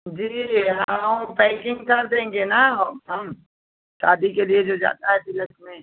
जी हम पैकिंग कर देंगे ना हम शादी के लिए जो जाता है तिलक में